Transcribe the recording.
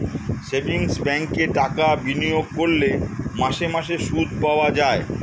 savings ব্যাঙ্কে টাকা বিনিয়োগ করলে মাসে মাসে সুদ পাওয়া যায়